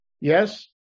Yes